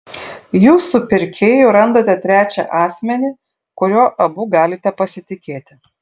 jūs su pirkėju randate trečią asmenį kuriuo abu galite pasitikėti